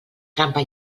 trampa